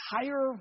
higher